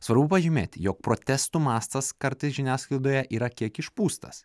svarbu pažymėti jog protestų mastas kartais žiniasklaidoje yra kiek išpūstas